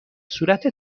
صورت